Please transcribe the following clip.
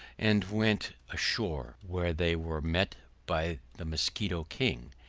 and went ashore, where they were met by the musquito king,